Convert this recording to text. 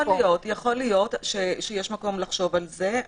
יכול להיות שיש מקום לחשוב על זה,